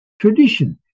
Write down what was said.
tradition